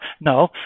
No